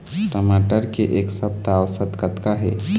टमाटर के एक सप्ता औसत कतका हे?